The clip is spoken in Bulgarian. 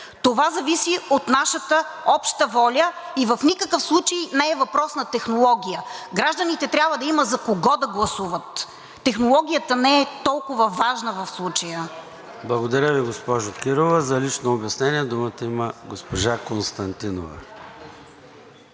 това зависи от нашата обща воля. В никакъв случай не е въпрос на технология. Гражданите трябва да има за кого да гласуват. Технологията не е толкова важна в случая. ПРЕДСЕДАТЕЛ ЙОРДАН ЦОНЕВ: Благодаря Ви, госпожо Кирова. За лично обяснение думата има госпожа Константинова.